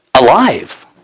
alive